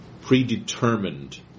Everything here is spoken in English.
predetermined